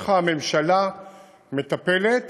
איך הממשלה מטפלת,